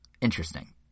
interesting